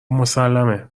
مسلمه